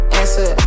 answer